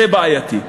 זה בעייתי.